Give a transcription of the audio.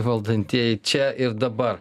valdantieji čia ir dabar